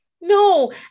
No